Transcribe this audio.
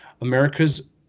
America's